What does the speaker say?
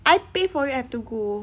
I pay for it I've to go